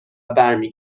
برمی